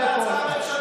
זה הכול.